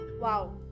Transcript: Wow